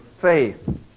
faith